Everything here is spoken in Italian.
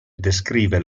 descrive